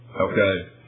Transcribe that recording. okay